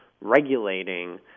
regulating